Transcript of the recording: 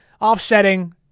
offsetting